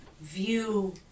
view